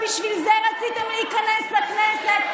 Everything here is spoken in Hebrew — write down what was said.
בשביל זה רציתם להיכנס לכנסת,